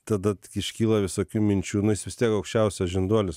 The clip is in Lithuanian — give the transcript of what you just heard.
tada iškyla visokių minčių nu jis vis tiek aukščiausias žinduolis